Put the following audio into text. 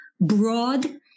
broad